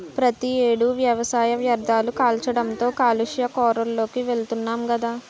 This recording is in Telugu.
ప్రతి ఏడు వ్యవసాయ వ్యర్ధాలు కాల్చడంతో కాలుష్య కోరల్లోకి వెలుతున్నాం గదా